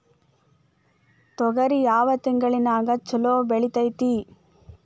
ತೊಗರಿ ಯಾವ ತಿಂಗಳದಾಗ ಛಲೋ ಬೆಳಿತೈತಿ?